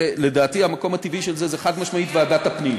לדעתי המקום הטבעי של זה הוא חד-משמעית ועדת הפנים.